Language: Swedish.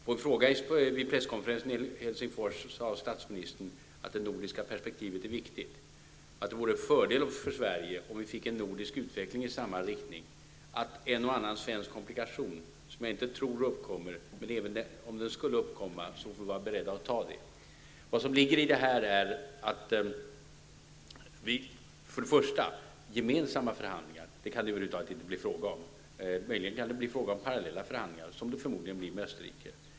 På en fråga vid presskonferensen i Helsingfors sade statsministern att det nordiska perspektivet är viktigt och att det vore en fördel för Sverige om vi fick en nordisk utveckling i samma riktning. Om en och annan svensk komplikation uppkommer, vilket jag inte tror, får vi vara beredda att ta den. Vad som ligger i det här är först och främst att det inte kan bli fråga om gemensamma förhandlingar. Det kan möjligen bli fråga om parallella förhandlingar, som det förmodligen blir med Österrike.